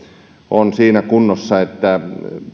on siinä kunnossa että